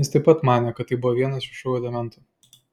jis taip pat manė kad tai buvo vienas iš šou elementų